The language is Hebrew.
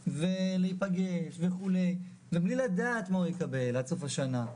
ולהיפגש וכו' ובלי לדעת מה הוא יקבל עד סוף השנה,